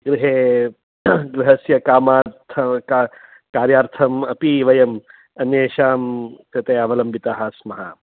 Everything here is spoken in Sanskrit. गृहे गृहस्य कामार्थं कार्यार्थम् अपि वयम् अन्येषां कृते अवलम्बिताः स्मः